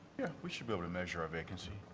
yeah, we should build a measure of vacancy.